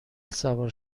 سوار